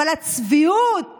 אבל הצביעות